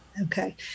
Okay